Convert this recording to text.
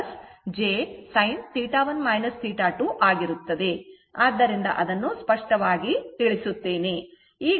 ಆದ್ದರಿಂದ ಅದನ್ನು ಸ್ಪಷ್ಟವಾಗಿ ತಿಳಿಸುತ್ತೇನೆ